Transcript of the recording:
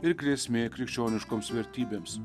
ir grėsmė krikščioniškoms vertybėms